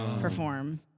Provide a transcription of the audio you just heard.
perform